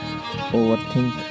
overthink